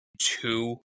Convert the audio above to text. two